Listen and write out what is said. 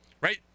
Right